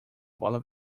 bola